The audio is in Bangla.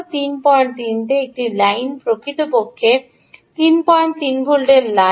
33 তে এই লাইনটি প্রকৃতপক্ষে 33 ভোল্টের লাইন